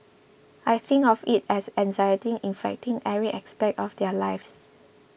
I think of it as anxiety infecting every aspect of their lives